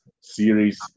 series